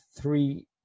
three